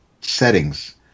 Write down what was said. settings